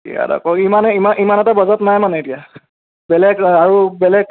ইয়াত আকৌ ইমানে ইমান ইমান এটা বাজেট নাই মানে এতিয়া বেলেগ আৰু বেলেগ অঁ